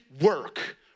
work